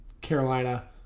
Carolina